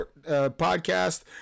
podcast